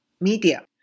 Media